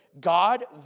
God